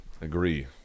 Agree